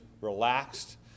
relaxed